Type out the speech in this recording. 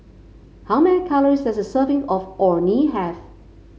how many calories does a serving of Orh Nee have